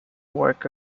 work